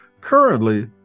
currently